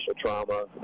trauma